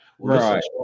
Right